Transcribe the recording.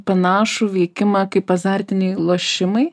panašų veikimą kaip azartiniai lošimai